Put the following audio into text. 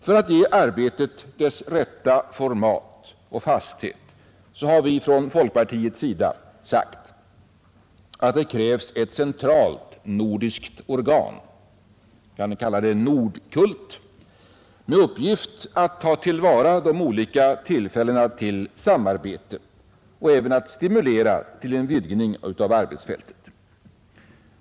För att ge arbetet dess rätta format och fasthet har vi från folkpartiets sida sagt att det krävs ett centralt nordiskt organ — vi kan kalla det Nordkult — med uppgift att ta till vara de olika tillfällena till samarbete och även att stimulera till en vidgning av arbetsfältet.